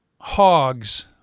hogs